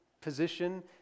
position